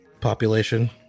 population